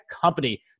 company